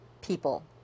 people